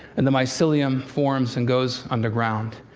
and the mycelium forms and goes underground.